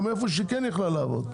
גם במקום שהיא יכלה לעבוד.